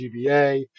GBA